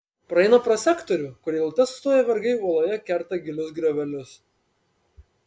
praeina pro sektorių kur eilute sustoję vergai uoloje kerta gilius griovelius